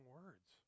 words